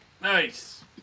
Nice